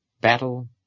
Battle